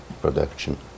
production